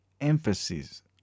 emphasis